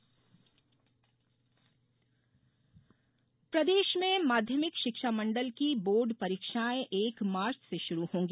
board परीक्षा प्रदेश में माध्यमिक शिक्षा मंडल की बोर्ड परीक्षायें एक मार्च से शुरू होंगी